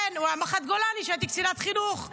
היה מח"ט גולני כשהייתי קצינת חינוך,